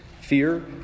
Fear